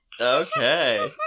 Okay